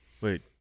Wait